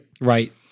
Right